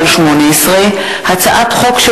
פ/2757/18 וכלה בהצעת חוק שמספרה פ/2774/18,